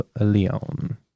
leon